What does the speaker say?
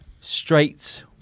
straight